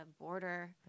border